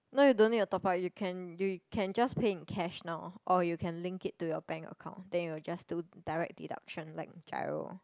no you don't need to top up you can you can just pay in cash now or you can link it to your bank account then it will just do direct deduction like Giro